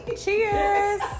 Cheers